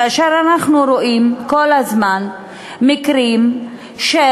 כאשר אנחנו רואים כל הזמן מקרים של